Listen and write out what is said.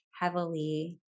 heavily